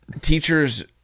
teachers